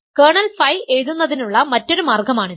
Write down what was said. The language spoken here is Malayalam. കേർണൽ ഫൈ എഴുതുന്നതിനുള്ള മറ്റൊരു മാർഗ്ഗമാണിത്